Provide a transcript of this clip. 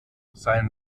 sein